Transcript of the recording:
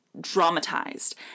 dramatized